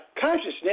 consciousness